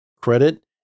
credit